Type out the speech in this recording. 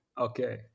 okay